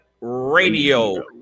Radio